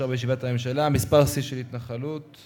בישיבת הממשלה: מספר שיא של התנחלויות,